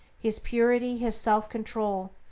his purity, his self-control,